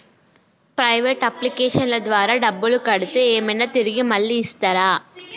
Private అప్లికేషన్ల ద్వారా డబ్బులు కడితే ఏమైనా తిరిగి మళ్ళీ ఇస్తరా?